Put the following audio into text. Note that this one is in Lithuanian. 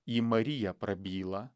į mariją prabyla